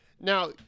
Now